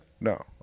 No